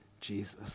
Jesus